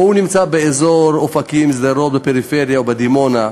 או שהוא נמצא באזור אופקים, שדרות, או בדימונה,